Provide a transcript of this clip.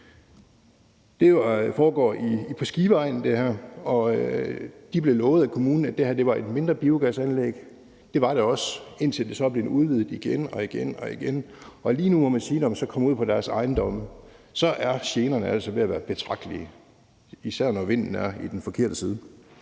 Det foregår på Skiveegnen, og de blev lovet af kommunen, at det var et mindre biogasanlæg. Det var det også, indtil det så blev udvidet igen og igen, og lige nu må man sige, at når man kommer ud på deres ejendomme, er generne altså ved at være betragtelige, især når vinden kommer fra den forkerte